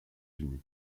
unis